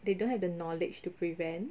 they don't have the knowledge to prevent